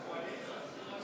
נראה לי שהקואליציה,